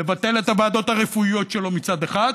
לבטל את הוועדות הרפואיות שלו, מצד אחד,